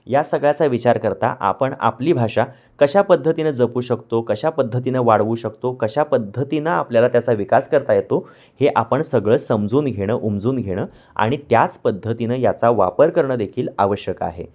या सगळ्याचा विचार करता आपण आपली भाषा कशा पद्धतीनं जपू शकतो कशा पद्धतीनं वाढवू शकतो कशा पद्धतीनं आपल्याला त्याचा विकास करता येतो हे आपण सगळं समजून घेणं उमजून घेणं आणि त्याच पद्धतीनं याचा वापर करणंदेखील आवश्यक आहे